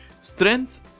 Strengths